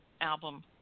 album